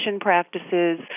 practices